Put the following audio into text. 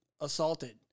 assaulted